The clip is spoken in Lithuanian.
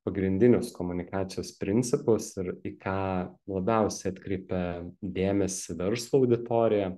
pagrindinius komunikacijos principus ir į ką labiausiai atkreipia dėmesį verslo auditorija